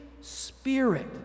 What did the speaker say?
Spirit